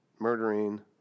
murdering